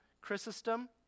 Chrysostom